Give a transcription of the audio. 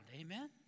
Amen